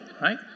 right